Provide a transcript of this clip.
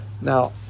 Now